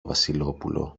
βασιλόπουλο